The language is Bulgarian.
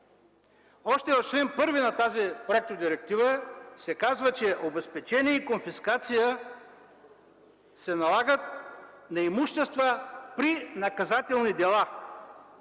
Още в чл. 1 на проектодирективата се казва, че обезпечение и конфискация се налагат на имущества при наказателни дела.